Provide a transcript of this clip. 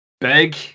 Big